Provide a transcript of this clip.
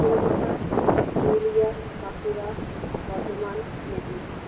Kolkata Purulia Bankura Bardhaman Medinipur